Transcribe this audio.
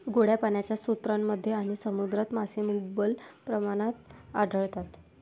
गोड्या पाण्याच्या स्रोतांमध्ये आणि समुद्रात मासे मुबलक प्रमाणात आढळतात